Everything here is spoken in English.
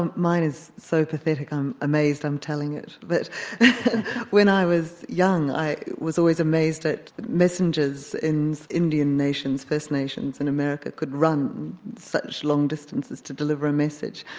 mine is so pathetic, i'm amazed i'm telling it, but when i was young i was always amazed at messengers in indian nations, first nations in america, could run such long distances to deliver a message.